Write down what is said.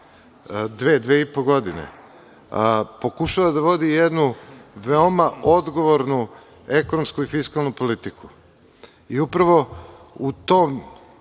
dve, dve i po godine pokušava da vodi jednu veoma odgovornu ekonomsku i fiskalnu politiku. Upravo u toj